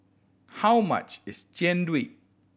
how much is Jian Dui